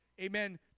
Amen